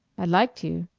i'd like to.